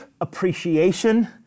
appreciation